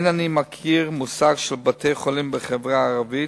אין אני מכיר מושג של "בתי-חולים בחברה הערבית",